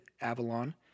Avalon